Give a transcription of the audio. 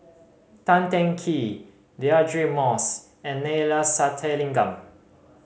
Tan Teng Kee Deirdre Moss and Neila Sathyalingam